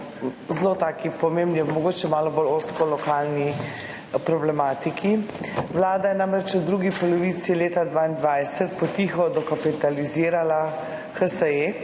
namenjeno pomembni, a mogoče malo bolj ozko lokalni problematiki. Vlada je namreč v drugi polovici leta 2022 po tiho dokapitalizirala HSE,